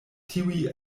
tiuj